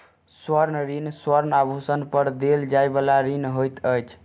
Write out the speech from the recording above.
स्वर्ण ऋण स्वर्ण आभूषण पर देल जाइ बला ऋण होइत अछि